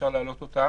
אפשר להעלות אותם.